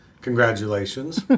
congratulations